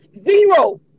Zero